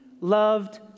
loved